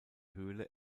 höhle